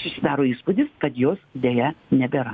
susidaro įspūdis kad jos deja nebėra